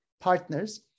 partners